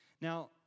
Now